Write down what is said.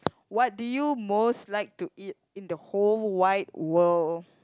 what do you most like to eat in the whole wide world